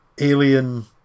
Alien